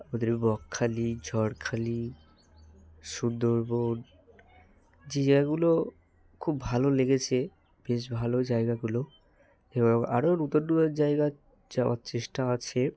আমাদের বকখালি ঝড়খালি সুন্দরবন যে জায়গাগুলো খুব ভালো লেগেছে বেশ ভালো জায়গাগুলো এবং আরও নতুন নতুন জায়গায় যাওয়ার চেষ্টা আছে